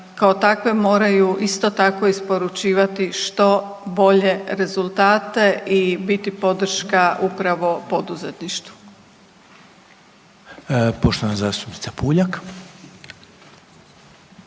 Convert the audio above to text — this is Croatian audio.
kao takve moraju isto tako isporučivati što bolje rezultate i biti podrška upravo poduzetništvu. **Reiner, Željko